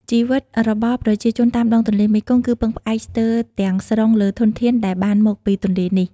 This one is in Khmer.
ជីវិតរបស់ប្រជាជនតាមដងទន្លេមេគង្គ គឺពឹងផ្អែកស្ទើរទាំងស្រុងលើធនធានដែលបានមកពីទន្លេនេះ។